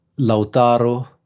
Lautaro